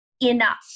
enough